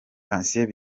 patient